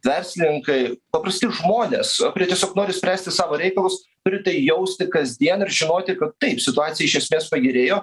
verslininkai paprasti žmonės kurie tiesiog nori spręsti savo reikalus turi tai jausti kasdien ir žinoti kad taip situacija iš esmės pagerėjo